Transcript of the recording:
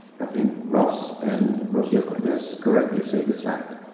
kathleen ross and rocio cortes correctly state this fact.